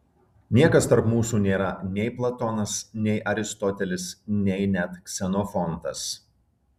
niekas tarp mūsų nėra nei platonas nei aristotelis nei net ksenofontas